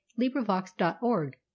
LibriVox.org